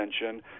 attention